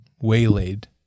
waylaid